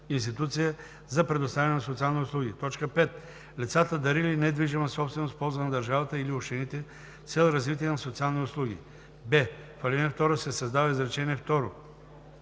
институция за предоставяне на социални услуги; 5. лицата, дарили недвижима собственост в полза на държавата или общините с цел развитие на социални услуги.“; б) в ал. 2 се създава изречение